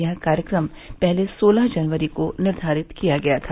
यह कार्यक्रम पहले सोलह जनवरी को निर्धारित किया गया था